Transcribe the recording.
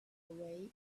away